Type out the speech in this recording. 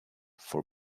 for